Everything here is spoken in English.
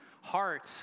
heart